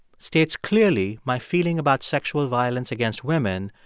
states clearly my feeling about sexual violence against women,